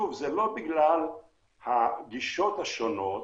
שוב, זה לא בגלל הגישות השונות